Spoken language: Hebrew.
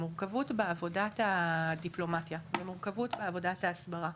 מורכבות בעבודת הדיפלומטיה ומורכבות בעבודת ההסברה.